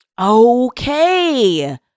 Okay